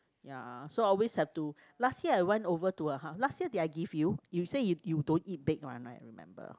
ya so always have to last year I went over to her house last year did I give you you said you you don't eat baked one right I remember